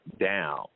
down